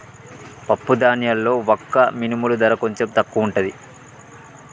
పప్పు ధాన్యాల్లో వక్క మినుముల ధర కొంచెం తక్కువుంటది